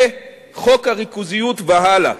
מחוק הריכוזיות והלאה.